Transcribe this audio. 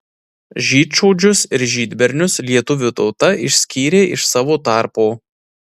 žydšaudžius ir žydbernius lietuvių tauta išskyrė iš savo tarpo